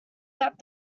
that